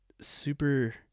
super